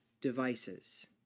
devices